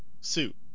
suit